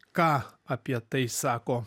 ką apie tai sako